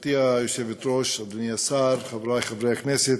גברתי היושבת-ראש, אדוני השר, חברי חברי הכנסת,